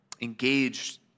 engaged